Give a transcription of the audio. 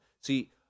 See